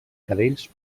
cadells